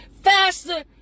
faster